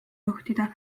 juhtida